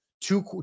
two